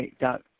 dot